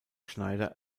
schneider